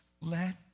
Let